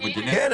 כן,